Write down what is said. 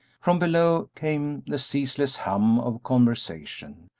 from below came the ceaseless hum of conversation,